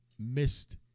Missed